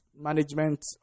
management